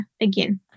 again